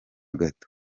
gato